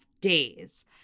days